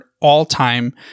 all-time